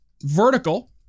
vertical